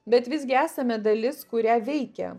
bet visgi esame dalis kurią veikia